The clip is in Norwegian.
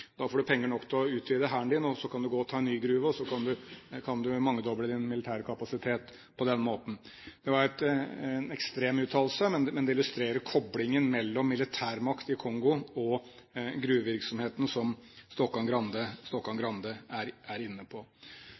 Da får du penger nok til å utvide hæren din, så kan du gå og ta en ny gruve, og så kan du mangedoble din militære kapasitet på den måten. Det var en ekstrem uttalelse, men det illustrerer koblingen mellom militær makt i Kongo og gruvevirksomheten, som Stokkan-Grande var inne på.